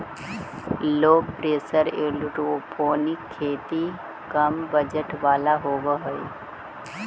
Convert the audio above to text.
लो pressure aeroponic खेती कम budget वाला होव हई